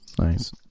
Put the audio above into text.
Nice